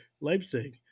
Leipzig